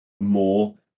more